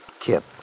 Kip